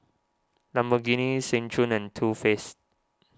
Lamborghini Seng Choon and Too Faced